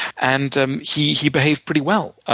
and um he he behaved pretty well.